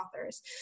authors